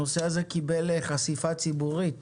הנושא הזה קיבל חשיפה ציבורית